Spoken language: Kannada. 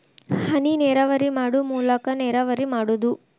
ಹನಿನೇರಾವರಿ ಮಾಡು ಮೂಲಾಕಾ ನೇರಾವರಿ ಮಾಡುದು